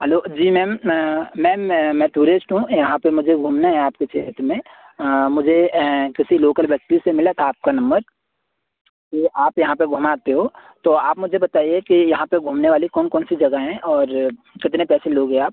hello जी ma'am ma'am मैं मैं टूरिस्ट हूँ यहाँ पर मुझे घूमना है आपके शहर में मुझे एं किसी लोकल व्यक्ति से मिला था आपका नम्बर कि आप यहाँ पर घुमाते हो तो आप मुझे बताइए कि यहाँ पर घूमने वाली कौन कौन सी जगह हैं और कितने पैसे लोगे आप